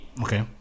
Okay